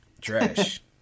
Trash